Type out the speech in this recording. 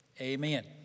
Amen